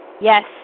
Yes